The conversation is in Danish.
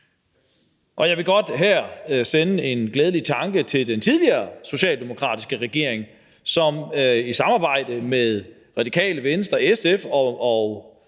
Jeg vil godt her sende en glædelig tanke til den tidligere socialdemokratiske regering, som i samarbejde med Radikale Venstre og